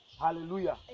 Hallelujah